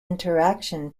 interaction